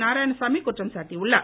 நாராயணசாமி குற்றம் சாட்டியுள்ளார்